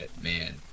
man